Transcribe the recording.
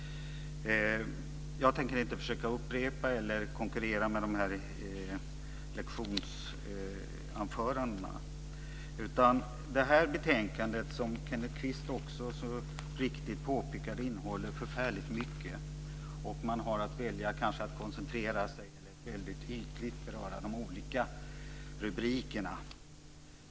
Jag tänker inte försöka upprepa eller konkurrera med de här lektionsanförandena. Det här betänkandet, som Kenneth Kvist så riktigt påpekade, innehåller förfärligt mycket. Man har att välja på att koncentrera sig eller att väldigt ytligt beröra de olika rubrikerna.